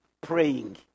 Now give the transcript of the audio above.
praying